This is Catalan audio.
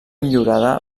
millorada